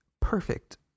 perfect